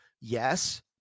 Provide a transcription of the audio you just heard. Yes